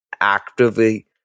actively